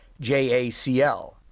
JACL